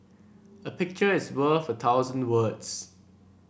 a picture is worth a thousand words